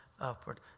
upward